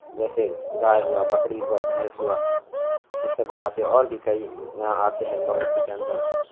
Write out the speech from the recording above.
جیسے گائے ہوا بکری ہوا بھینس ہوا یہ سب بھی آتے اور بھی کئی آتے ہیں مویشی کے اندر